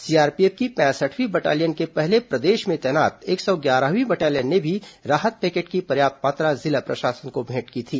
CRPF की पैंसठवीं battalion के पहले प्रदेश में तैनात एक सौ ग्यारहवीं बटालियन ने भी राहत पैकेट की पर्याप्त मात्रा जिला प्रशासन को भेंट की थी